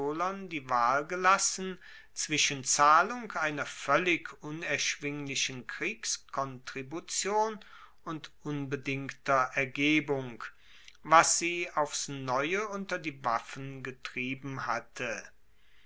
die wahl gelassen zwischen zahlung einer voellig unerschwinglichen kriegskontribution und unbedingter ergebung was sie aufs neue unter die waffen getrieben hatte